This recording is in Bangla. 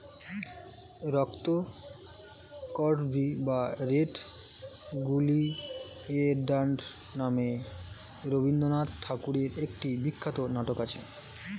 রক্তকরবী বা রেড ওলিয়েন্ডার নামে রবিন্দ্রনাথ ঠাকুরের একটি বিখ্যাত নাটক আছে